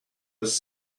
was